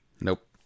Nope